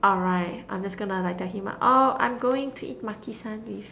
alright I'm just gonna like tell him oh I'm going to eat Makisan with